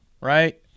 right